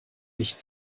nicht